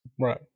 Right